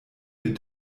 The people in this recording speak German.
wir